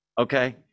okay